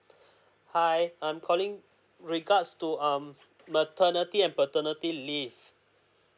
hi I'm calling regard to um maternity and paternity leave